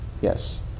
yes